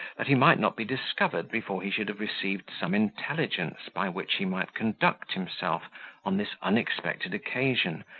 that he might not be discovered before he should have received some intelligence by which he might conduct himself on this unexpected occasion,